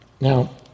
Now